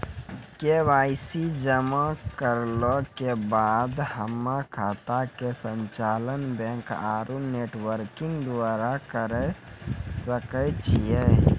KYC जमा करला के बाद हम्मय खाता के संचालन बैक आरू नेटबैंकिंग द्वारा करे सकय छियै?